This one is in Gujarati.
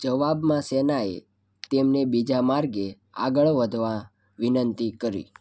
જવાબમાં સેનાએ તેમને બીજા માર્ગે આગળ વધવા વિનંતી કરી